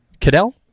Cadell